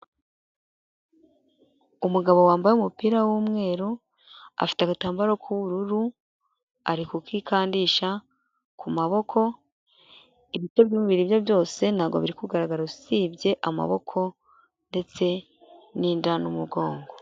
Umugabo wambaye umupira w'umweru afite agatambaro k'ubururu ari kukikandisha ku maboko, ibice by'umubiri bye byose ntabwo biri kugaragara usibye amaboko ndetse n'inda n'umugongo.